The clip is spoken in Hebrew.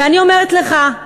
ואני אומרת לך,